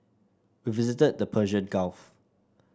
we visited the Persian Gulf